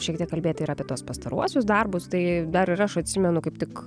šiek tiek kalbėti ir apie tuos pastaruosius darbus tai dar ir aš atsimenu kaip tik